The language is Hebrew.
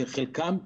שחלקם,